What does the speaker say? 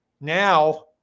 Now